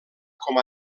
com